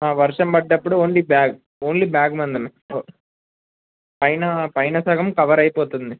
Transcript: వర్షం పడ్డప్పుడు only bag only bag పైన పైన సగం కవర్ అయిపోతుంది